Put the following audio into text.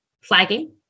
flagging